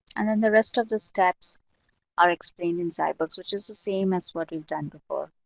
and then the rest of the steps are explained in zybooks, which is the same as what you've done before.